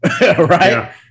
Right